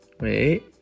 wait